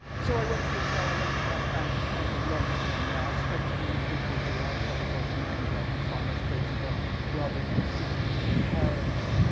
so i went to israel. i went to west bank. i spent a long time there. i spoke to all the people, who were outside the dolphinarium who i could find. i spoke to their brothers and sisters, the parents.